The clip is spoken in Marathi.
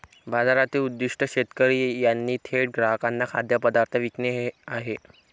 बाजाराचे उद्दीष्ट शेतकरी यांनी थेट ग्राहकांना खाद्यपदार्थ विकणे हे आहे